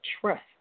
trust